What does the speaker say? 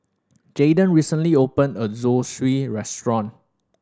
Jadon recently open a new Zosui Restaurant